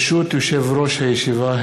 ברשות יושב-ראש הישיבה,